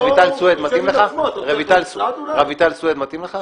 רויטל סויד מתאים לך?